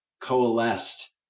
coalesced